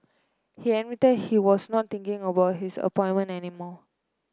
he admitted he was not thinking about his appointment any more